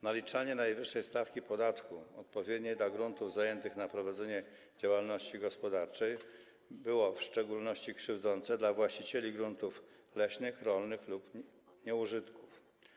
Naliczanie najwyższej stawki podatku, odpowiedniej dla gruntów zajętych na prowadzenie działalności gospodarczej, byłoby w szczególności krzywdzące dla właścicieli gruntów leśnych, rolnych lub nieużytków.